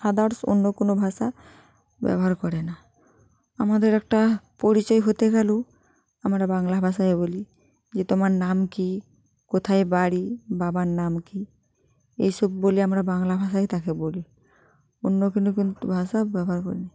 others অন্য কোনও ভাষা ব্যবহার করে না আমাদের একটা পরিচয় হতে গেলেও আমরা বাংলা ভাষায় বলি যে তোমার নাম কি কোথায় বাড়ি বাবার নাম কি এইসব বলে আমরা বাংলা ভাষায় তাকে বলি অন্য কোনো কিন্তু ভাষা ব্যবহার করি নি